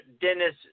Dennis